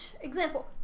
example